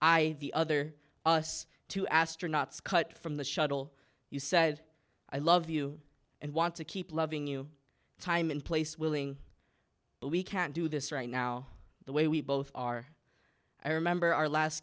i the other us two astronauts cut from the shuttle you said i love you and want to keep loving you time and place willing but we can't do this right now the way we both are i remember our last